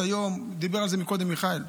דיבר על זה מקודם מיכאל,